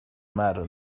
matter